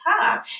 time